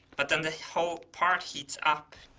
but then the whole part heats up,